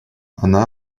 она